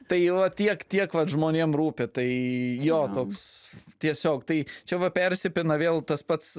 tai va tiek tiek vat žmonėm rūpi tai jo toks tiesiog tai čia va persipina vėl tas pats